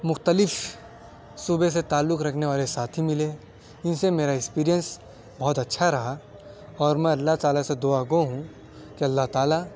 مختلف صوبے سے تعلق رکھنے والے ساتھی ملے ان سے میرا ایکسپرئنس بہت اچّھا رہا اور میں اللّہ تعالیٰ سے دُعا گو ہوں کہ اللّہ تعالیٰ